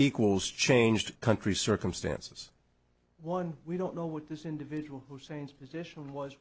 equals changed country circumstances one we don't know what this individual hussein's position was